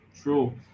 True